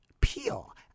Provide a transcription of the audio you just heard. Peel